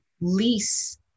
lease